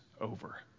over